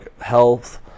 health